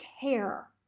care